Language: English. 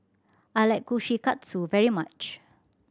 I like Kushikatsu very much